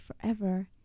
forever